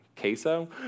queso